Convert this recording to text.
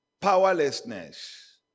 powerlessness